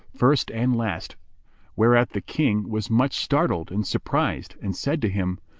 first and last whereat the king was much startled and surprised and said to him,